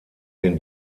den